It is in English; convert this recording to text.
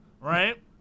Right